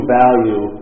value